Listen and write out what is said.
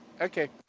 Okay